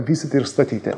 vystyti ir statyti